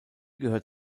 gehört